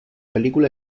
película